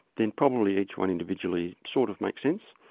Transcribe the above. then probably each one individually sort of makes sense.